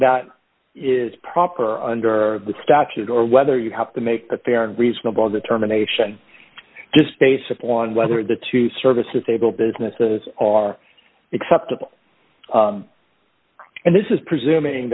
that is proper under the statute or whether you have to make a fair and reasonable determination just basically on whether the two services able businesses are acceptable and this is presuming